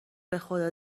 بخدا